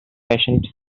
patient